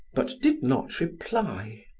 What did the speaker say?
but did not reply.